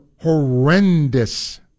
horrendous